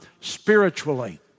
spiritually